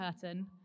curtain